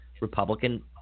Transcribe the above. Republican